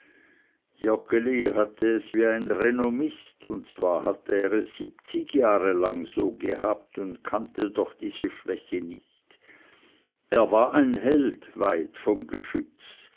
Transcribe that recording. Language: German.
hatte es wie ein renommist und zwar hatte er es siebenzig jahre lang so gehabt und kannte doch diese schwäche nicht er war ein held weit vom geschütz